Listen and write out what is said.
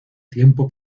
tiempo